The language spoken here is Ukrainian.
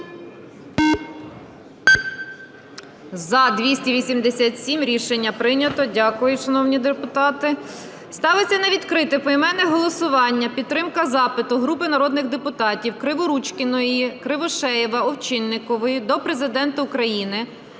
За-287 Рішення прийнято. Дякую, шановні депутати. Ставиться на відкрите поіменне голосування підтримка запиту групи народних депутатів (Криворучкіної, Кривошеєва, Овчинникової) до Президента України